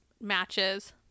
matches